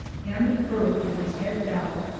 and the fur from his head down,